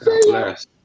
bless